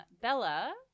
bella